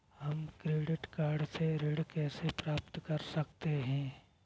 हम credit card से ऋण कैसे प्राप्त कर सकते हैं?